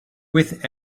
with